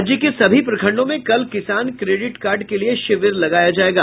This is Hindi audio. राज्य के सभी प्रखंडों में कल किसान क्रोडिट कार्ड के लिए शिविर लगाया जायेगा